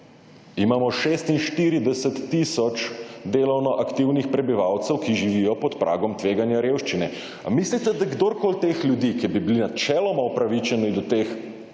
Imamo 46 tisoč delovno aktivnih prebivalcev, ki živijo pod pragom tveganja revščine. A mislite, da kdorkoli teh ljudi, ki bi bili načeloma upravičeni do teh